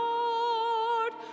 Lord